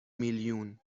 میلیون